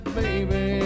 baby